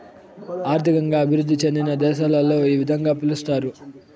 ఆర్థికంగా అభివృద్ధి చెందిన దేశాలలో ఈ విధంగా పిలుస్తారు